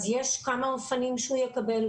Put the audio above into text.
אז יש כמה אופנים שהוא יקבל.